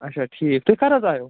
اَچھا ٹھیٖک تُہۍ کَر حظ آیو